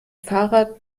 fahrrad